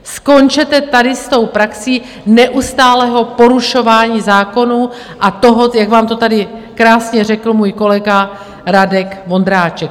Skončete tady s tou praxí neustálého porušování zákonů a toho, jak vám to tady krásně řekl můj kolega Radek Vondráček.